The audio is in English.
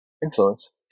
influence